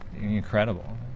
incredible